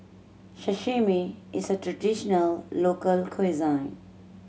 sashimi is a traditional local cuisine